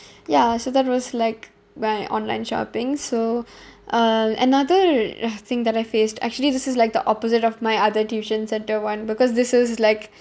ya so that was like buying online shopping so uh another uh thing that I faced actually this is like the opposite of my other tuition centre [one] because this is like